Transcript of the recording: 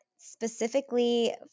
specifically